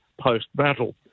post-battle